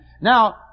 Now